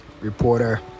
reporter